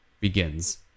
begins